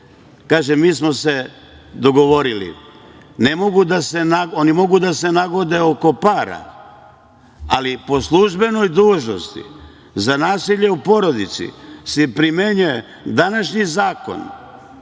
mi smo se dogovorili. Oni mogu da se nagode oko para, ali po službenoj dužnosti za nasilje u porodici se primenjuje današnji zakon